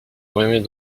remets